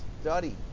study